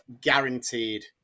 guaranteed